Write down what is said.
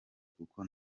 kuko